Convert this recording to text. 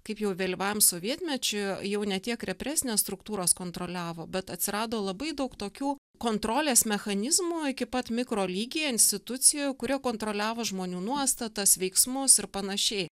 kaip jau vėlyvam sovietmečiu jau ne tiek represinės struktūros kontroliavo bet atsirado labai daug tokių kontrolės mechanizmų iki pat mikrolygyje institucijų kurie kontroliavo žmonių nuostatas veiksmus ir panašiai